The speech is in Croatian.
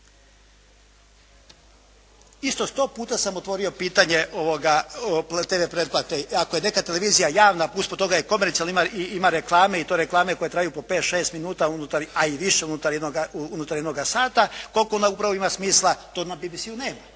Isto sto puta sam otvorio pitanje TV pretplate. Ako je neka televizija javna a usput toga je i komercijalna, ima reklame i to reklame koje traju po pet, šest minuta a i više unutar jednoga sata, koliko onda upravo ima smisla. To na BBC-u nema.